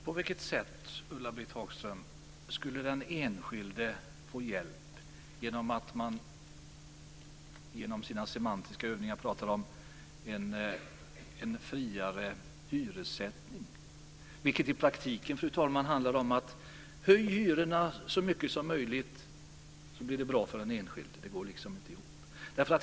Fru talman! På vilket sätt, Ulla-Britt Hagström, skulle den enskilde få hjälp genom att man i sina semantiska övningar pratar om en friare hyressättning, vilket i praktiken innebär att om man höjer hyrorna så blir det bra för den enskilde? Det går inte ihop.